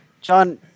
John